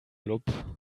club